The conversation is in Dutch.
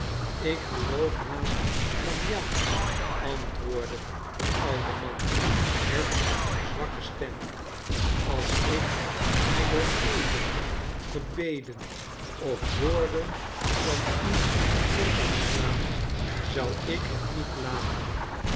ik geloof haast van ja antwoordde de oude man met eene zwakke stem als ik mij door eeden gebeden of woorden van u kon ontslaan zou ik het niet laten